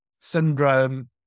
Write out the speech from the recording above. syndrome